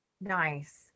Nice